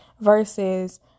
versus